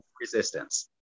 resistance